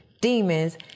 demons